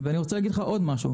אני רוצה לך להגיד דבר נוסף,